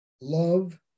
love